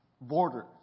borders